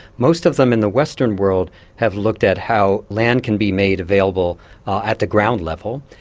most of them in the western world have looked at how land can be made available at the ground level,